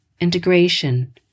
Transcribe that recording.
integration